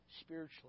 spiritually